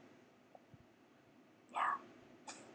ya